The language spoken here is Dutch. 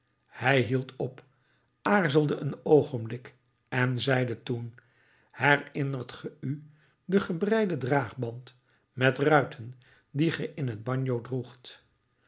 hij hield op aarzelde een oogenblik en zeide toen herinnert ge u den gebreiden draagband met ruiten dien ge in het bagno droegt